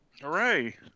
Hooray